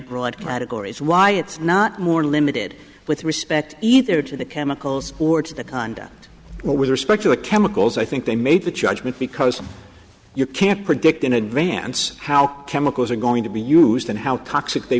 broad categories why it's not more limited with respect either to the chemicals or to the conduct what with respect to the chemicals i think they made the judgment because you can't predict in advance how chemicals are going to be used and how toxic they